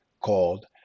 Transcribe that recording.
called